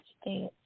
states